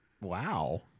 Wow